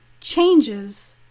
changes